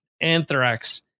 Anthrax